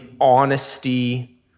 honesty